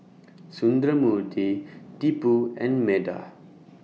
Sundramoorthy Tipu and Medha